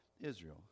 Israel